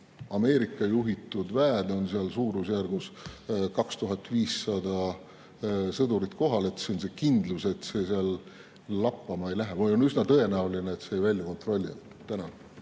Ameerika juhitud väed on seal suurusjärgus 2500 sõdurit kohal, siis see annab kindluse, et olukord lappama ei lähe. On üsna tõenäoline, et see ei välju kontrolli